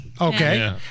Okay